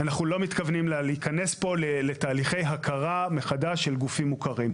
אנחנו לא מתכוונים להיכנס פה לתהליכי הכרה מחדש של גופים מוכרים.